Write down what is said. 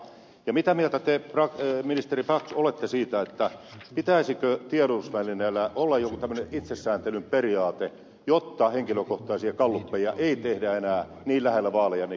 ja mitä mieltä te ministeri brax olette siitä pitäisikö tiedotusvälineillä olla joku tämmöinen itsesääntelyn periaate jotta henkilökohtaisia gallupeja ei tehdä enää niin lähellä vaaleja niin kuin nyt tehtiin